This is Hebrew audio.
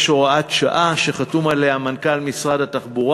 יש הוראת שעה שחתום עליה מנכ"ל משרד הכלכלה.